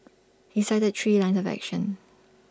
he cited three lines of action